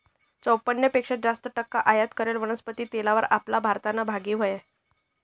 चोपन्न पेक्शा जास्त टक्का आयात करेल वनस्पती तेलवर आपला भारतनं भागी हायनं